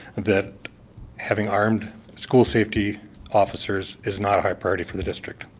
that having armed school safety officers is not a priority for the district.